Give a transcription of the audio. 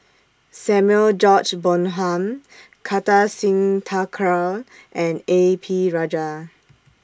Samuel George Bonham Kartar Singh Thakral and A P Rajah